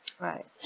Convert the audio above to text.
Right